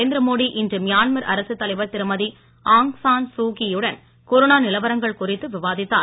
நரேந்திர மோடி இன்று மியான்மர் அரசுத் தலைவர் திருமதி ஆங் சான் சூ கீ யுடன் கொரோனா நிலவரங்கள் குறித்து விவாதித்தார்